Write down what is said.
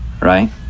right